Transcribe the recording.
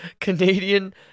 Canadian